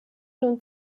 nun